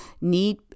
need